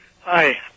Hi